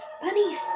bunnies